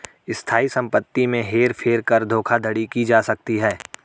स्थायी संपत्ति में हेर फेर कर धोखाधड़ी की जा सकती है